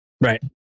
Right